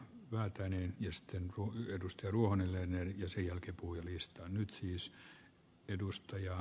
laite niin miesten ohi edustelu on yleinen ja sen jälkipuinnista arvoisa puhemies